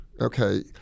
okay